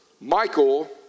Michael